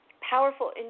powerful